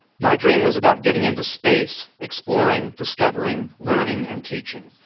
my dream was about getting into space, exploring, discovering, learning, and teaching.